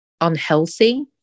unhealthy